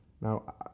Now